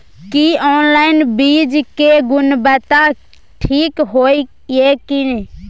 की online बीज के गुणवत्ता ठीक होय ये की?